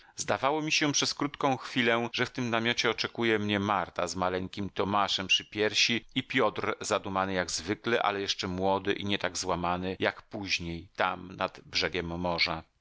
zdawało mi się przez krótką chwilę że w tym namiocie oczekuje mnie marta z maleńkim tomaszem przy piersi i piotr zadumany jak zwykle ale jeszcze młody i nie tak złamany jak później tam nad brzegiem morza